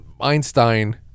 Einstein